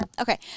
okay